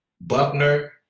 Buckner